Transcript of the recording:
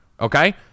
okay